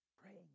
Praying